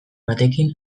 batekin